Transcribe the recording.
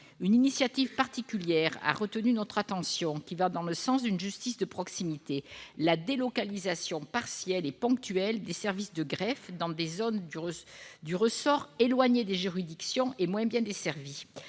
Une initiative particulière a retenu notre attention, qui va dans le sens d'une justice de proximité, la délocalisation partielle et ponctuelle des services de greffe dans des territoires du ressort éloignés des juridictions et moins bien desservis.